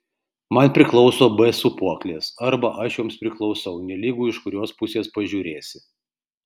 man priklauso b sūpuoklės arba aš joms priklausau nelygu iš kurios pusės pažiūrėsi